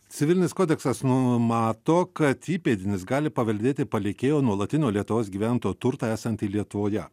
civilinis kodeksas numato kad įpėdinis gali paveldėti palikėjo nuolatinio lietuvos gyventojo turtą esantį lietuvoje